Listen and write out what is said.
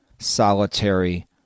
Solitary